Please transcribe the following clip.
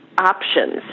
options